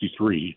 1963